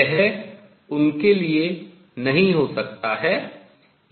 यह उनके लिए नहीं हो सकता है